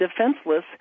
defenseless